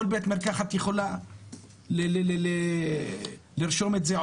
כל בית מרקחת יכולה לרשום את זה,